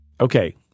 Okay